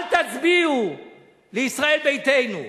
אל תצביעו לישראל ביתנו.